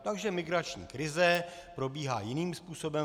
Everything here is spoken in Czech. Takže migrační krize probíhá jiným způsobem.